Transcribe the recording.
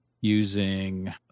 using